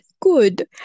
Good